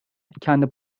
kendi